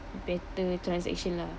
better transaction lah